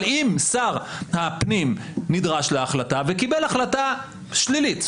אבל אם שר הפנים נדרש להחלטה וקיבל החלטה שלילית,